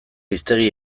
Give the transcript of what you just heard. hiztegi